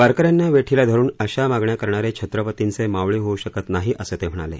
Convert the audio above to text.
वारकऱ्यांना वेठीला धरून अश्या मागण्या करणारे छत्रपतींचे मावळे होऊ शकत नाही असं ते म्हणाले